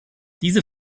diese